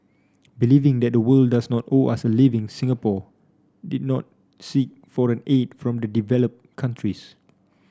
believing that the world does not owe us a living Singapore did not seek foreign aid from the developed countries